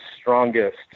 strongest